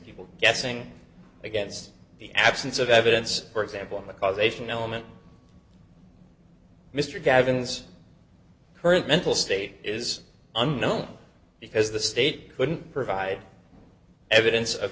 people guessing against the absence of evidence for example the causation element mr gavin's current mental state is unknown because the state couldn't provide evidence of